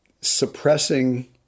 suppressing